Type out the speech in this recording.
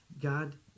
God